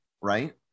right